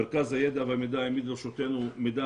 מרכז המידע והידע העמיד לרשותנו מידע